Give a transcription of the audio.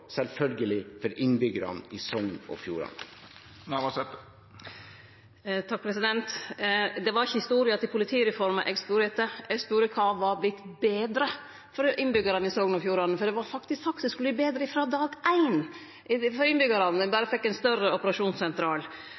var ikkje historia til politireforma eg spurde etter. Eg spurde: Kva har vorte betre for innbyggjarane i Sogn og Fjordane – for det vart faktisk sagt at det skulle verte betre frå dag éin for innbyggjarane, berre ein fekk ein større operasjonssentral.